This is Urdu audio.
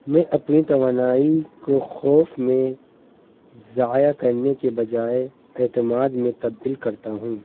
میں اپنی توانائی کو خوف میں ضائع کرنے کے بجائے اعتماد میں تبدیل کرتا ہوں